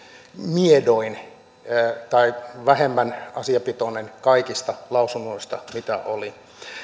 miedoin tai vähemmän asiapitoinen kaikista lausunnoista mitä oli